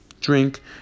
drink